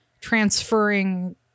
transferring